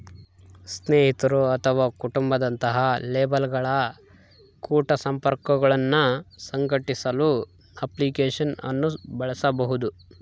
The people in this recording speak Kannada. ಸ್ನೇಹಿತರು ಅಥವಾ ಕುಟುಂಬ ದಂತಹ ಲೇಬಲ್ಗಳ ಕುಟ ಸಂಪರ್ಕಗುಳ್ನ ಸಂಘಟಿಸಲು ಅಪ್ಲಿಕೇಶನ್ ಅನ್ನು ಬಳಸಬಹುದು